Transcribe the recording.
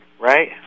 right